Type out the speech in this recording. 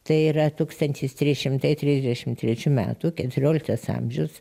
tai yra tūkstantis trys šimtai trisdešim trečių metų keturioliktas amžius